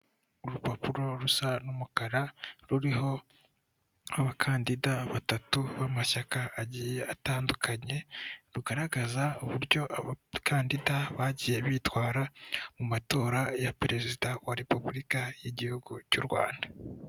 Urupapuro rusa n'umukara ruriho abakandida batatu b'amashyaka agiye atandukanye, rugaragaza uburyo aba bakandida bagiye bitwara mu matora ya perezida wa repubulika y'igihugu cy'u Rwanda.